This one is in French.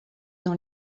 dans